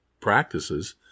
practices